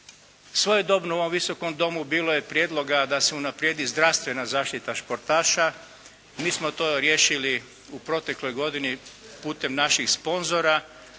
Svojedobno u ovom Visokom domu bilo je prijedloga da se unaprijedi zdravstvena zaštita športaša. Mi smo to riješili u protekloj godini putem naših sponzora